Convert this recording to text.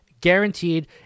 guaranteed